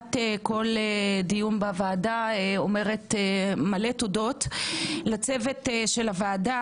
בתחילת כל דיון בוועדה אומר תודות לצוות של הוועדה